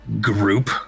group